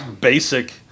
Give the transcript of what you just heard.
basic